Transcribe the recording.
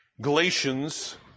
Galatians